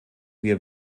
wir